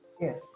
Yes